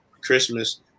Christmas